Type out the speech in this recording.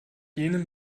jenem